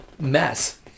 mess